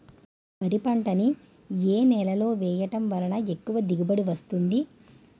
వరి పంట ని ఏ నేలలో వేయటం వలన ఎక్కువ దిగుబడి వస్తుంది?